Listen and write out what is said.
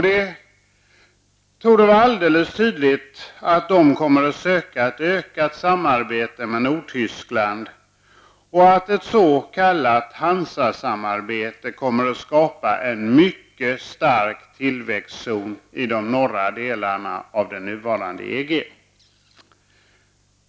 Det torde vara alldeles tydligt att danskarna kommer att söka ett samarbete med Nordtyskland, och att ett s.k. Hansasamarbete kommer att skapa en mycket stark tillväxtzon i de norra delarna av det nuvarande EG.